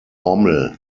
rommel